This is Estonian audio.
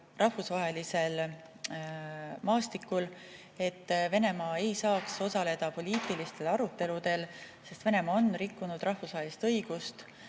rahvusvahelisel maastikul, et Venemaa ei saaks osaleda poliitilistel aruteludel. Venemaa on rikkunud rahvusvahelist õigust.